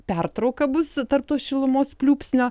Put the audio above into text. pertrauka bus tarp tos šilumos pliūpsnio